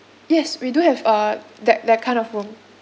yes we do have uh that that kind of room